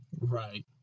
Right